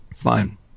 fine